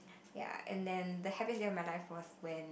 ya and then the happiest day of my life was when